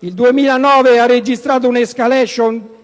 Il 2009 ha registrato una *escalation*